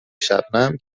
شبنم